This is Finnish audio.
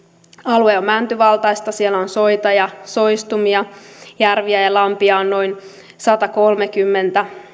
alue on mäntyvaltaista siellä on soita ja soistumia järviä ja lampia on noin satakolmekymmentä